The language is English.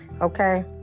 okay